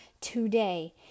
today